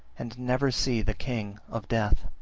and never see the king of death.